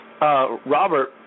Robert